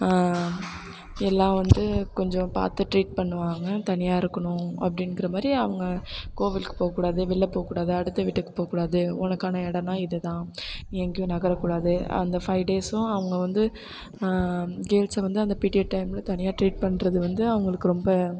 எல்லாம் வந்து கொஞ்சம் பார்த்து ட்ரீட் பண்ணுவாங்க தனியாக இருக்கணும் அப்படிங்குற மாதிரி அவங்க கோவிலுக்குப் போகக்கூடாது வெளில போகக்கூடாது அடுத்த வீட்டுக்குப் போகக்கூடாது உனக்கான இடம்னா இதுதான் நீ எங்கேயும் நகரக்கூடாது அந்த ஃபை டேஸும் அவங்க வந்து கேள்ஸை வந்து பீரியட் டைமில் தனியாக ட்ரீட் பண்றது வந்து அவங்களுக்கு ரொம்ப